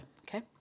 Okay